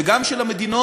וגם של המדינות